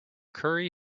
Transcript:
curry